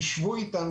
יישבו אתנו,